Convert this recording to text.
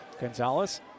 Gonzalez